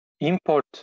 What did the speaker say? import